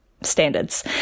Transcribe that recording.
standards